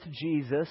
Jesus